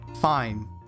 fine